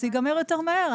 זה ייגמר יותר מהר.